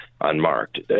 unmarked